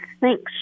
Thanks